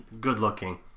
good-looking